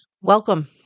Welcome